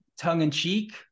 tongue-in-cheek